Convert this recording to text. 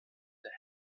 der